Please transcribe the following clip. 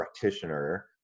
practitioner